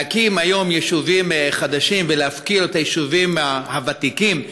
להקים היום יישובים חדשים ולהפקיר את היישובים הוותיקים,